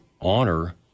honor